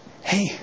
Hey